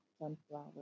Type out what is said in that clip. Sunflower